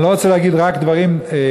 אני לא רוצה להגיד רק דברים שליליים.